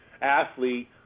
athlete